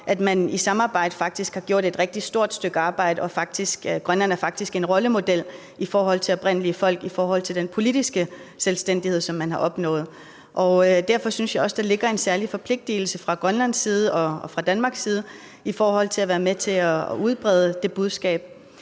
faktisk i samarbejde har gjort et rigtig stort stykke arbejde. Grønland er faktisk brugt som rollemodel, når det handler om oprindelige folks rettigheder i forhold til den politiske selvstændighed, som man har opnået. Derfor synes jeg også, at der ligger en særlig forpligtelse fra både Grønlands og Danmarks side til at være med til at udbrede det budskab.